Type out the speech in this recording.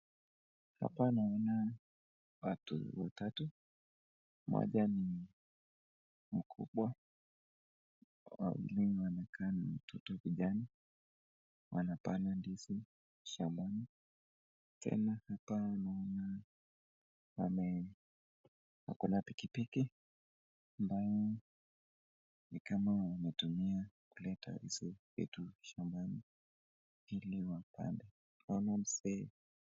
Hapa naona watu watatu. Mmoja ni mkubwa, hao wengine wanaonekana watoto vijana, wanapanda ndizi shambani. Tena hapa naona ako na pikipiki ambayo ni kama wametumia kuleta hizo vitu shambani ili wapande. Naona mzee